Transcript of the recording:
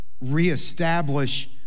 reestablish